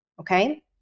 okay